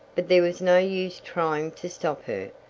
but there was no use trying to stop her.